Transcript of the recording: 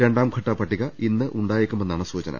രണ്ടാംഘട്ട പട്ടിക ഇന്നുണ്ടാ യേക്കുമെന്നാണ് സൂചന